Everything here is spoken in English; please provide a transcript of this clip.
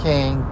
King